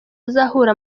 azahura